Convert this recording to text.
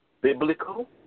biblical